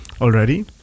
already